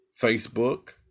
Facebook